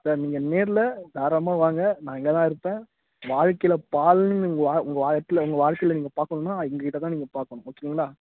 sir நீங்கள் நேரில் தாராளமாக வாங்க நான் இங்கே தான் இருப்பேன் வாழ்க்கையில் பால்னு உங்கள் வாழ் உங்கள் வாழ்க்கையில் உங்கள் வாழ்க்கையில் நீங்கள் பார்க்கணுன்னா எங்கள் கிட்டே தான் நீங்கள் பார்க்கணும் ஓகேங்களா